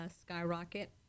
skyrocket